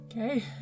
Okay